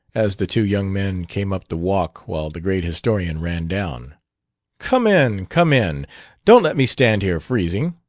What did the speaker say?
as the two young men came up the walk while the great historian ran down come in, come in don't let me stand here freezing!